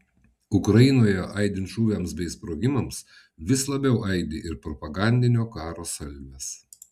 ukrainoje aidint šūviams bei sprogimams vis labiau aidi ir propagandinio karo salvės